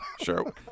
Sure